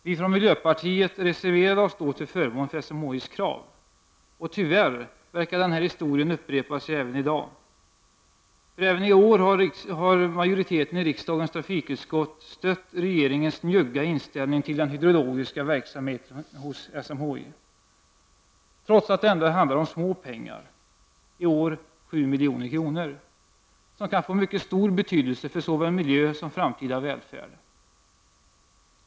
Vi från miljöpartiet reserverade oss till förmån för SMHI:s krav. Tyvärr verkar denna historia upprepa sig i dag. Även i år har majoriteten i riksdagens trafikutskott stött regeringens njugga inställning till den hydrologiska verksamheten hos SMHI, trots att det ändå handlar om små pengar, i år 7 milj.kr., som kan få mycket stor betydelse för såväl miljö som framtida välfärd.